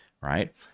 right